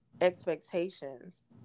expectations